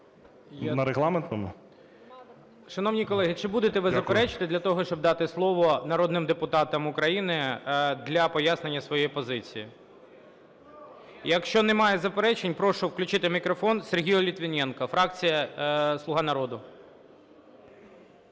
ГОЛОВУЮЧИЙ. Шановні колеги, чи будете ви заперечувати, щоб дати слова народним депутатам України для пояснення своєї позиції? Якщо немає заперечень, прошу включити мікрофон Сергію Литвиненку, фракція "Слуга народу".